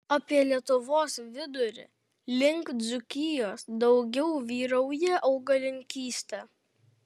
apie lietuvos vidurį link dzūkijos daugiau vyrauja augalininkystė